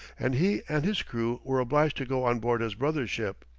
and he and his crew were obliged to go on board his brother's ship.